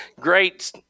Great